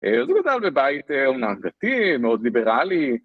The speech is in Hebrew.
זה קטן בבית אומנם דתי, מאוד ליברלי.